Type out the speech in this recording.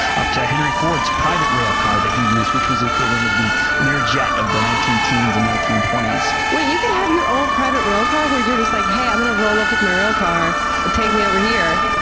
up to henry ford's private rail car that he used, which was the equivalent of the leer jet of the nineteen teens and nineteen twenty s. wait. you could have your own private railcar where you're just like, hey, i'm going to roll up with my rail car to take me over here.